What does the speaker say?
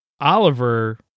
Oliver